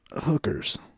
hookers